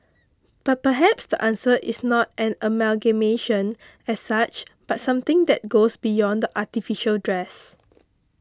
but perhaps the answer is not an amalgamation as such but something that goes beyond the artificial dress